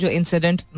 incident